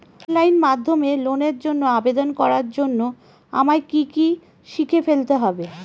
Online মাধ্যমে লোনের জন্য আবেদন করার জন্য আমায় কি কি শিখে ফেলতে হবে?